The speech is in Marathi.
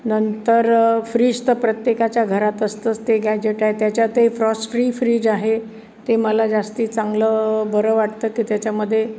नंतर फ्रीज तर प्रत्येकाच्या घरात असतंच ते गॅजेट आहे त्याच्यातही फ्रॉस्ट फ्री फ्रीज आहे ते मला जास्त चांगलं बरं वाटतं की त्याच्यामध्ये